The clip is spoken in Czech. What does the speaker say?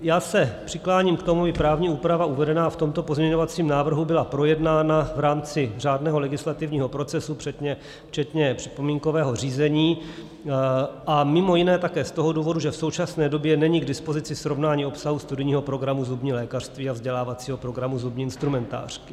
Já se přikláním k tomu, aby právní úprava uvedená v tomto pozměňovacím návrhu byla projednána v rámci řádného legislativního procesu včetně připomínkového řízení a mimo jiné také z toho důvodu, že v současné době není k dispozici srovnání obsahu studijního programu zubní lékařství a vzdělávacího programu zubní instrumentářky.